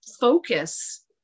focus